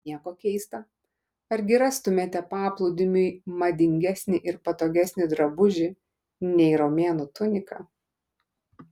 nieko keista argi rastumėte paplūdimiui madingesnį ir patogesnį drabužį nei romėnų tunika